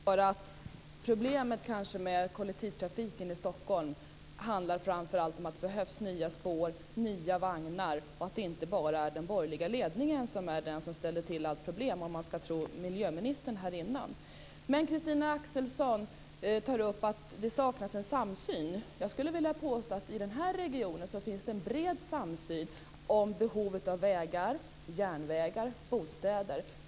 Fru talman! Det är alltid lika intressant att höra att problemet med kollektivtrafiken i Stockholm handlar framför allt om att det behövs nya spår och nya vagnar och inte bara att det är den borgerliga ledningen som ställer till med alla problem - om man ska tro på vad miljöministern sade tidigare. Christina Axelsson tar upp att det saknas en samsyn. Jag skulle vilja påstå att det i den här regionen finns en bred samsyn om behovet av vägar, järnvägar och bostäder.